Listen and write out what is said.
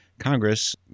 Congress